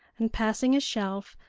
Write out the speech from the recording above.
and passing a shelf,